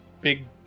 big